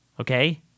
Okay